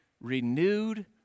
renewed